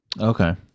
Okay